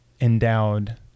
endowed